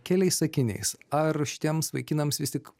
keliais sakiniais ar šitiems vaikinams vis tik